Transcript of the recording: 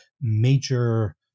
major